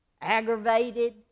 aggravated